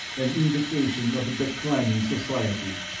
an indication of a declining society.